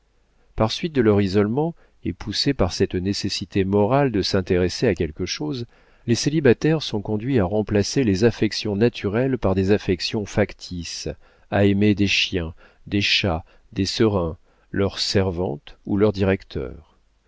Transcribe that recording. par suite de leur isolement et poussés par cette nécessité morale de s'intéresser à quelque chose les célibataires sont conduits à remplacer les affections naturelles par des affections factices à aimer des chiens des chats des serins leur servante ou leur directeur